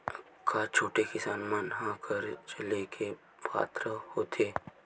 का छोटे किसान मन हा कर्जा ले के पात्र होथे?